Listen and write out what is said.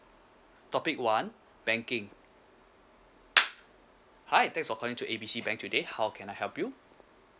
topic one banking hi thanks for calling to A B C bank today how can I help you